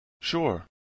Sure